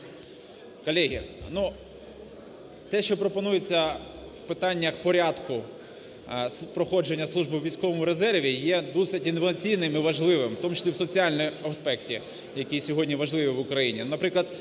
Колеги, ну, те, що пропонується у питаннях порядку проходження служби у військовому резерві, є досить інноваційним і важливим, у тому числі в соціальному аспекті, який сьогодні важливий в Україні.